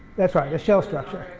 that's right. a shell structure.